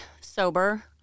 sober